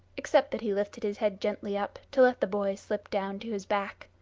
except that he lifted his head gently up to let the boy slip down to his back.